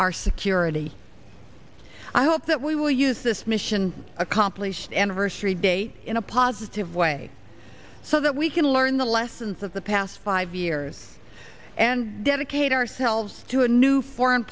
our security i hope that we will use this mission accomplished anniversary date in a positive way so that we can learn the lessons of the past five years and dedicate ourselves to a new foreign